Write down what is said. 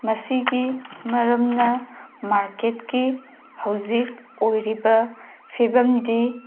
ꯃꯁꯤꯒꯤ ꯃꯔꯝꯅ ꯃꯥꯔꯀꯦꯗꯀꯤ ꯍꯧꯖꯤꯛ ꯑꯣꯏꯔꯤꯕ ꯐꯤꯚꯝꯗꯤ